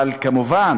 אבל מובן